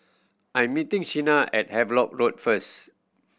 I'm meeting Shenna at Havelock Road first